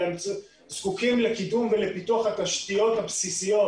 אלא הם זקוקים לקידום ולפיתוח התשתיות הבסיסיות,